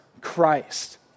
Christ